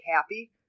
happy